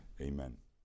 Amen